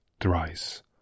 thrice